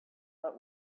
but